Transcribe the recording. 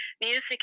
music